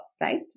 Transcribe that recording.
right